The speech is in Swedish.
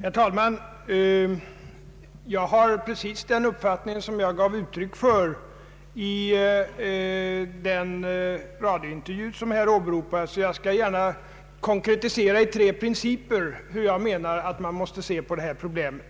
Herr talman! Jag har precis samma uppfattning som jag gav uttryck för i den radiointervju som här åberopas. Jag skall gärna i tre principer konkretisera hur jag menar att man måste se på detta problem.